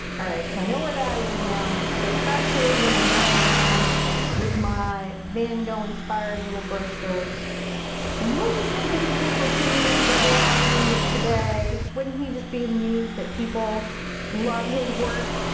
alright, so i know where that is now. so especially when i'm going around with my van gogh inspired little brush strokes and wouldn't he be super pleased that we're all doing this today? wouldn't he just be amused that people love his work?